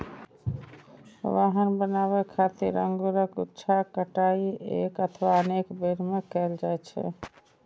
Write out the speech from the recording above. wine बनाबै खातिर अंगूरक गुच्छाक कटाइ एक अथवा अनेक बेर मे कैल जाइ छै